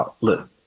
Look